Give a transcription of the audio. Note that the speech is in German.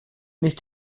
nicht